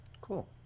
cool